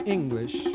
English